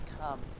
come